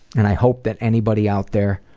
and i hope that anybody out there